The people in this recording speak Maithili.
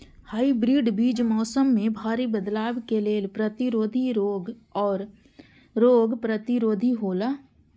हाइब्रिड बीज मौसम में भारी बदलाव के लेल प्रतिरोधी और रोग प्रतिरोधी हौला